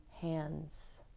hands